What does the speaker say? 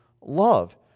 love